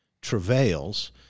travails